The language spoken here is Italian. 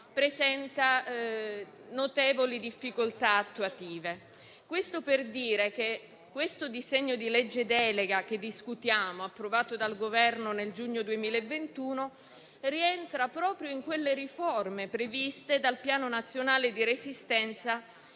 presenta notevoli difficoltà attuative. Questo per dire che il disegno di legge delega che discutiamo, approvato dal Governo nel giugno 2021, rientra proprio nelle riforme previste dal Piano nazionale di ripresa